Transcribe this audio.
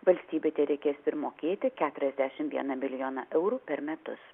valstybei tereikės primokėti keturiasdešim vieną milijoną eurų per metus